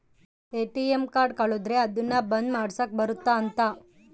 ATM card ಕಳುದ್ರೆ ಅದುನ್ನ ಬಂದ್ ಮಾಡ್ಸಕ್ ಬರುತ್ತ ಅಂತ